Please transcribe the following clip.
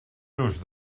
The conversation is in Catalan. nos